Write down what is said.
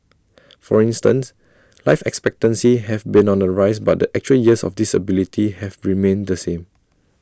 for instance life expectancy have been on the rise but the actual years of disability have remained the same